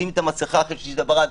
תשימי את המסכה אחרי שתשתי את הברד.